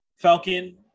Falcon